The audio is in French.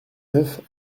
neuf